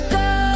go